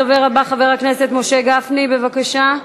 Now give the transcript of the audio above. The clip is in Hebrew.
הדובר הבא, חבר הכנסת משה גפני, בבקשה.